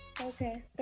Okay